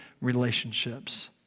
relationships